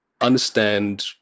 understand